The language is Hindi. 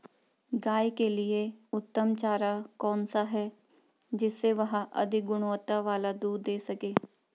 गाय के लिए उत्तम चारा कौन सा है जिससे वह अधिक गुणवत्ता वाला दूध दें सके?